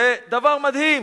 זה דבר מדהים.